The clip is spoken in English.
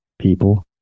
people